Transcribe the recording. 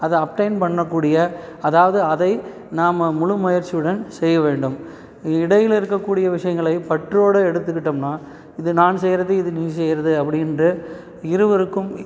அதை அப்ட்டேன் பண்ணக்கூடிய அதாவது அதை நாம் முழு முயற்சியுடன் செய்ய வேண்டும் இடையில் இருக்கக்கூடிய விஷயங்களை பற்றோடு எடுத்துக்கிட்டோம்னா இது நான் செய்யிறது இது நீ செய்யிறது அப்படின்று இருவருக்கும்